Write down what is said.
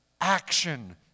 action